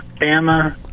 Bama